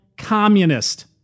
communist